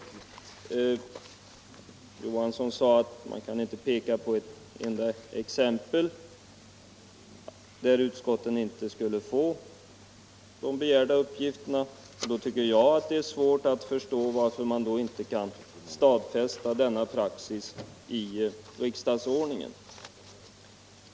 Herr Johansson sade att man inte kan peka på ett enda exempel där utskotten inte skulle få begärda uppgifter. Jag tycker att det då är svårt att förstå varför man inte kan stadfästa denna praxis i riksdagsordningen.